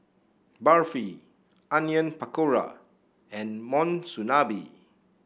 Barfi Onion Pakora and Monsunabe